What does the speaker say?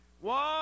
one